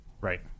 Right